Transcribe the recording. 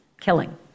killing